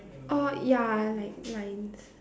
all ya like lines